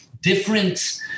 different